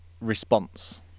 response